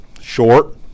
short